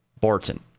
Barton